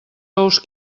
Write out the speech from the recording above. ous